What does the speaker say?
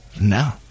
no